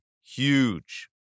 huge